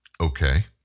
Okay